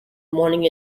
morning